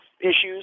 issues